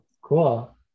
cool